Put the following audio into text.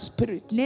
Spirit